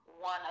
one